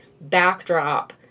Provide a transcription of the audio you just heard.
backdrop